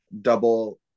double